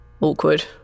awkward